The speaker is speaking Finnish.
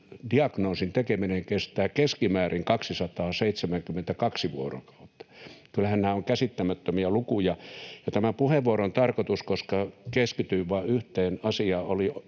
diagnoosin tekeminen kestää keskimäärin 272 vuorokautta. Kyllähän nämä ovat käsittämättömiä lukuja. Tämän puheenvuoron tarkoitus, koska keskityin vain yhteen